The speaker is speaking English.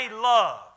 love